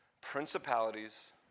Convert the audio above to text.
principalities